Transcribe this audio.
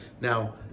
Now